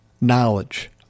knowledge